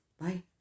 Bye